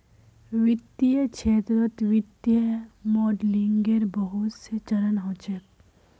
वित्तीय क्षेत्रत वित्तीय मॉडलिंगेर बहुत स चरण ह छेक